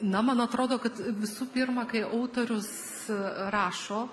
na man atrodo kad visų pirma kai autorius rašo